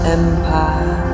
empire